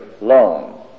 loan